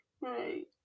Right